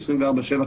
24/7,